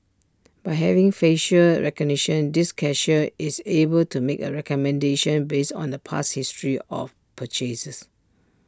by having facial recognition this cashier is able to make A recommendation based on the past history of purchases